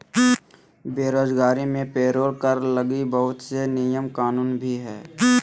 बेरोजगारी मे पेरोल कर लगी बहुत से नियम कानून भी हय